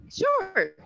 Sure